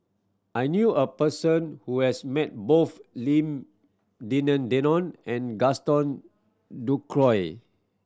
I knew a person who has met both Lim Denan Denon and Gaston Dutronquoy